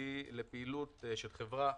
משמעותי לפעילות של חברה